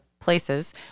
places